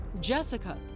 Jessica